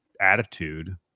attitude